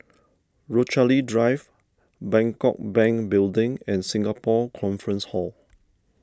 Rochalie Drive Bangkok Bank Building and Singapore Conference Hall